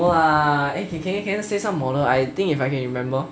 no lah can can can you say some model I think if I can remember